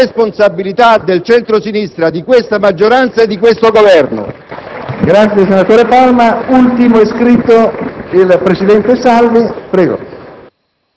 Il voto di Forza Italia sarà favorevole,